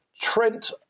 Trent